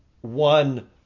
one